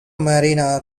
mariana